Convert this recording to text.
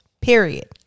period